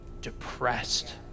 depressed